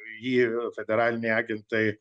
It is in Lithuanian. jį federaliniai agentai